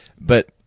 But-